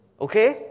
Okay